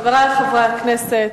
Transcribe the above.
חברי חברי הכנסת,